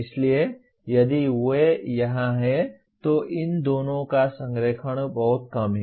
इसीलिए यदि वे यहां हैं तो इन दोनों का संरेखण बहुत कम है